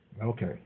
Okay